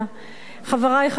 חברי חברי הכנסת,